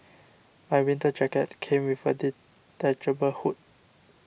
my winter jacket came with a detachable hood